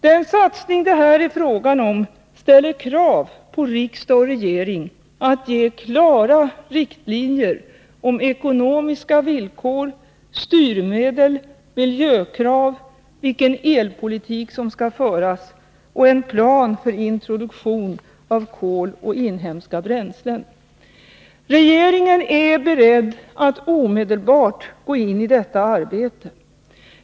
Den satsning det här är fråga om ställer krav på riksdag och regering att ge klara riktlinjer om ekonomiska villkor, styrmedel, miljökrav, vilken elpolitik som skall föras och en plan för introduktion av kol och inhemska bränslen. Regeringen är beredd att omedelbart gå in i detta arbete.